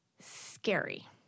scary